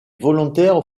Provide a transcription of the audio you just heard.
volontaires